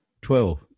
Twelve